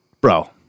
bro